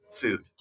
Food